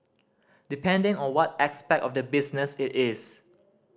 depending on what aspect of the business it is